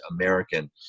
American